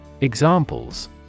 Examples